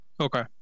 Okay